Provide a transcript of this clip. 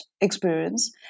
experience